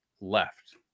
left